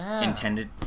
intended